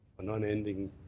an unending